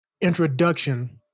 introduction